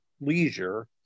leisure